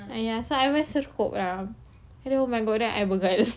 !aiya! so I wear serkup ah